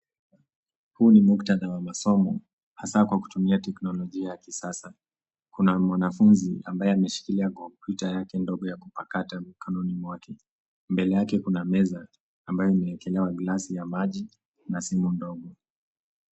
Huu ni mkutadha wa wanasomo, hasa kwa kutumia teknolojia ya kisasa. Kuna mwanafunzi ambaye ameshikilia kopyuta yake dogo ya kupakata mikononi mwake. Mbele yake kuna meza ambayo imeekelewa gilasi ya maji na simu dogo.